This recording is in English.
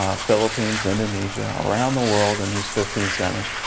ah philippines, indonesia, around the world in these fifteen centers.